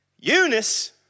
Eunice